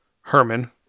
herman